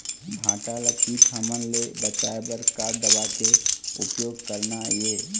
भांटा ला कीट हमन ले बचाए बर का दवा के उपयोग करना ये?